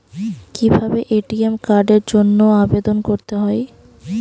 কিভাবে এ.টি.এম কার্ডের জন্য আবেদন করতে হয়?